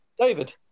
David